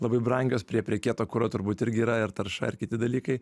labai brangios prie prie kieto kuro turbūt irgi yra ir tarša ar kiti dalykai